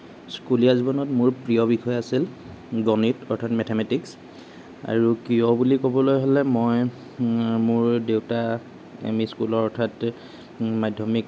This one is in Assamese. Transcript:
স্কুলীয়া জীৱনত মোৰ প্ৰিয় বিষয় আছিল গণিত অৰ্থাৎ মেথেমেটিক্স আৰু কিয় বুলি ক'বলৈ হ'লে মই মোৰ দেউতা এম ই স্কুলৰ অৰ্থাৎ মাধ্যমিক